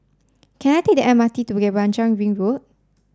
can I take the M R T to Bukit Panjang Ring Road